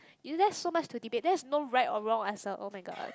is there so much to debate there's no right or wrong answer oh-my-god